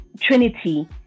trinity